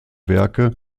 werke